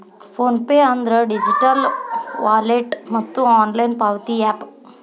phone pay ಅಂದ್ರ digital wallet ಮತ್ತ online ಪಾವತಿ ಯಾಪ್